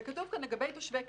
וכתוב כאן לגבי תושבי קבע: